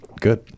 good